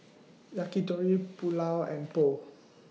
Yakitori Pulao and Pho